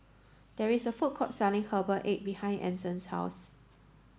there is a food court selling herbal egg behind Anson's house